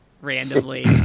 randomly